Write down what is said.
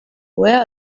where